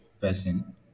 person